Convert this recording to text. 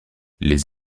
les